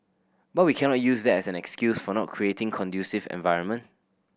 but we cannot use that as an excuse for not creating conducive environment